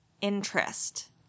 interest